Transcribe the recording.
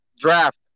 draft